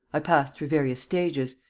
i passed through various stages.